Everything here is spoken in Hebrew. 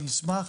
אז נשמח.